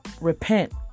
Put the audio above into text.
repent